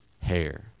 hair